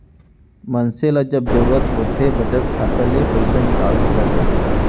मनसे ल जब जरूरत होथे बचत खाता ले पइसा निकाल सकत हे